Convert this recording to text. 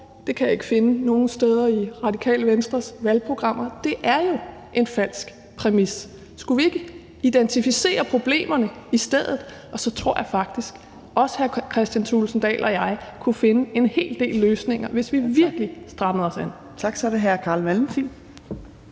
Det kan jeg ikke finde nogen steder i Radikale Venstres valgprogrammer. Det er jo en falsk præmis. Skulle vi ikke identificere problemerne i stedet? Så tror jeg faktisk, at også hr. Kristian Thulesen Dahl og jeg kunne finde en hel del løsninger, hvis vi virkelig strammede os an. Kl. 14:42 Fjerde næstformand